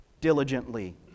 diligently